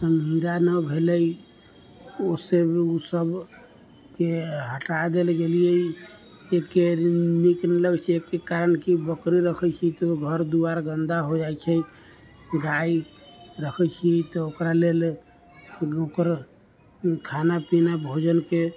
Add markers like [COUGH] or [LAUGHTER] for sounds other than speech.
[UNINTELLIGIBLE] न भेलै उसे उ सबके हटा देल गेलियै अते नीक नहि लगै छै एहिके कारण कि बकरी रखे छियै तऽ घर दुआरि गन्दा हो जाइ छै गाय रखै छियै तऽ ओकरा लेल ओकर खाना पीना भोजनके